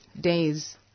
days